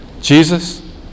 Jesus